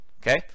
Okay